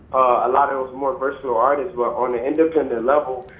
a lot of more versatile artists. but on the independent level,